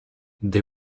they